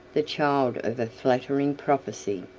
the child of a flattering prophecy,